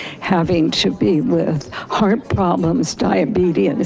having to be with heart problems, diabetes,